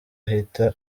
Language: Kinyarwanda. ahita